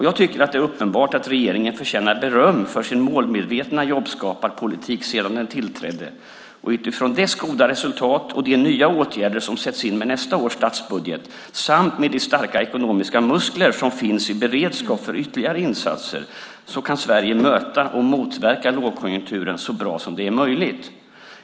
Jag tycker att det är uppenbart att regeringen förtjänar beröm för sin målmedvetna jobbskaparpolitik sedan den tillträdde, och utifrån dess goda resultat och de nya åtgärder som sätts in med nästa års statsbudget samt med de starka ekonomiska muskler som finns i beredskap för ytterligare insatser kan Sverige möta och motverka lågkonjunkturen så bra som det är möjligt.